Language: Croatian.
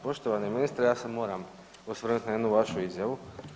Poštovani ministre ja se moram osvrnuti na jednu vašu izjavu.